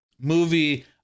movie